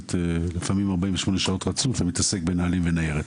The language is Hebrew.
בכנסת לפעמים 48 שעות ברציפות ומתעסק בנהלים וניירת,